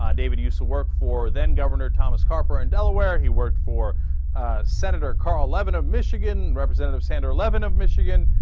um david used to work for then-governor thomas carper in delaware, he worked for senator carl levin of michigan, representative sander levin of michigan,